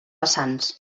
vessants